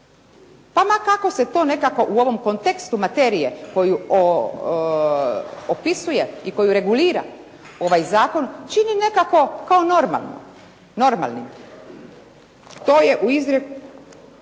Pa ma kako se to nekako u ovom kontekstu materije koju opisuje i koju regulira ovaj zakon čini nekako kao normalnim. To je u izravnoj